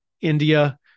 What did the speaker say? India